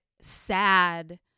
sad